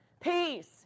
Peace